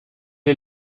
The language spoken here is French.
est